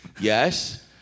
yes